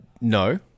no